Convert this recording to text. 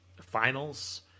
finals